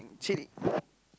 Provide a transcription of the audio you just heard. chili